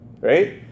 right